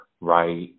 right